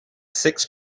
six